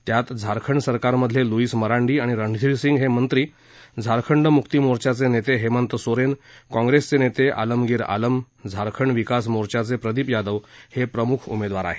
त्यात झारखंड सरकारमधले लुईस मरांडी आणि रणधीर सिंग हे मंत्री झारखंड मुक्ती मोर्चाचे नेते हेमंत सोरेन काँप्रेस नेते आलमगिर आलम झारखंड विकास मोर्चाचे प्रदीप यादव हे प्रमुख उमेदवार आहेत